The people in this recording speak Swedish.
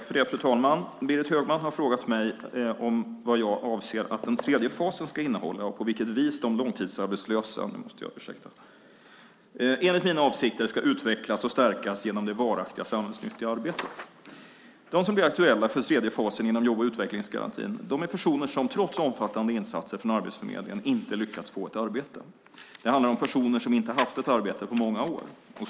Fru talman! Berit Högman har frågat mig vad jag avser att den tredje fasen ska innehålla och på vilket vis de långtidsarbetslösa enligt mina avsikter ska utvecklas och stärkas genom det varaktiga samhällsnyttiga arbetet. De som blir aktuella för tredje fasen inom jobb och utvecklingsgarantin är personer som trots omfattande insatser från Arbetsförmedlingen inte lyckats få ett arbete. Det handlar om personer som inte haft ett arbete på många år.